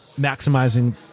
maximizing